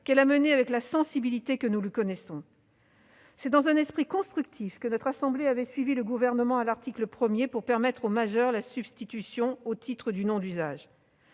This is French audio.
qu'elle a mené avec la sensibilité que nous lui connaissons. C'est dans un esprit constructif que notre assemblée avait suivi le Gouvernement à l'article 1 pour permettre aux majeurs la substitution d'un nom de